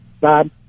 Bob